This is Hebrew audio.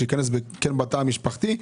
שייכנס בתא המשפחתי.